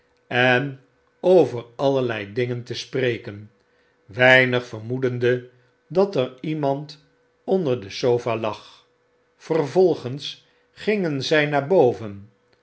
en over allerlei dingen te spreken weinig vermoedende dat er iemand onder de sofa lag vervolgens gingen zy naar boven